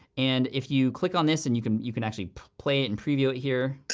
and if you click on this, and you can you can actually play it and preview it here.